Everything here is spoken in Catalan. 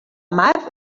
mar